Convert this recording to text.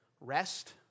rest